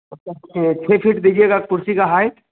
छे फीट दीजिएगा कुर्सी का हाईट